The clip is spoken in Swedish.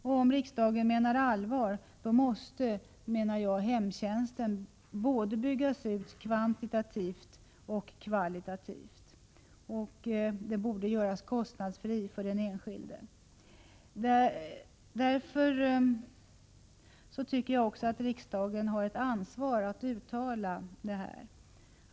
Om riksdagen menar allvar måste, anser jag, hemtjänsten byggas ut både kvantitativt och kvalitativt och göras kostnadsfri för den enskilde. Därför tycker jag att riksdagen har ett ansvar att uttala detta.